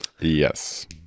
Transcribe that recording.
yes